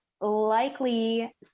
likely